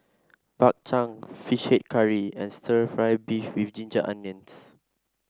Bak Chang fish head curry and stir fry beef with Ginger Onions